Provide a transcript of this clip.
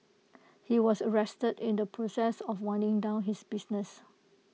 he was arrested in the process of winding down his business